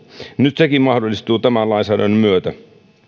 nyt sekin mahdollistuu tämän lainsäädännön myötä